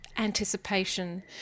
anticipation